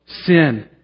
sin